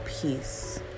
peace